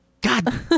god